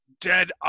dead